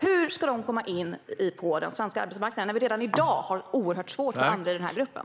Hur ska de komma in på den svenska arbetsmarknaden, när vi redan i dag har oerhörda svårigheter med den här gruppen?